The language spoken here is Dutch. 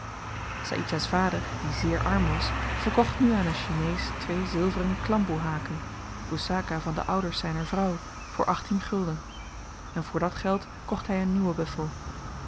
saïdjah's vader die zeer arm was verkocht nu aan een chinees twee zilveren klamboe haken poesaka van de ouders zyner vrouw voor achttien gulden en voor dat geld kocht hy een nieuwen buffel